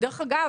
דרך אגב,